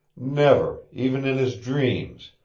never, even in his dreams,